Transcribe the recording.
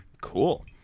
cool